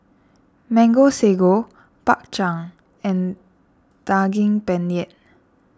Mango Sago Bak Chang and Daging Penyet